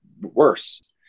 worse